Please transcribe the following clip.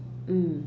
mm